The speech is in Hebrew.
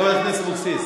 חברת הכנסת אבקסיס,